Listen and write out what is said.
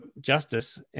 justice